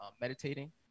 meditating